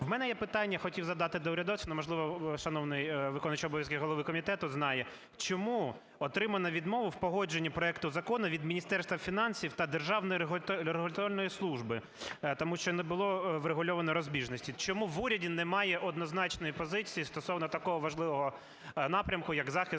В мене є питання, хотів задати до урядовців, но, можливо, шановний виконуючий обов'язки голови комітету знає, чому отримано відмову в погодженні проекту закону від Міністерства фінансів та Державної регуляторної служби? Тому що не було врегульовано розбіжності. Чому в уряді немає однозначної позиції стосовно такого важливого напрямку як захист